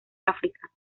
áfrica